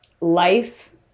life